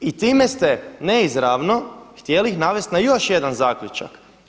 I time ste neizravno htjeli ih navesti na još jedan zaključak.